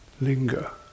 linger